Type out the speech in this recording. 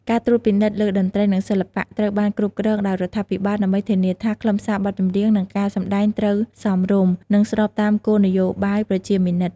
ការត្រួតពិនិត្យលើតន្ត្រី និងសិល្បៈ ត្រូវបានគ្រប់គ្រងដោយរដ្ឋាភិបាល ដើម្បីធានាថា ខ្លឹមសារបទចម្រៀង និងការសម្តែងត្រូវសមរម្យ និងស្របតាមគោលនយោបាយប្រជាមានិត។